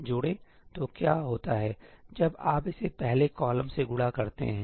तो क्या होता है जब आप इसे पहले कॉलम से गुणा करते हैं